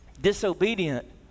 disobedient